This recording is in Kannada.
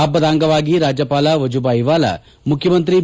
ಹಬ್ಬದ ಅಂಗವಾಗಿ ರಾಜ್ಯಪಾಲ ವಜುಬಾಯಿ ವಾಲಾ ಮುಖ್ಯಮಂತ್ರಿ ಬಿ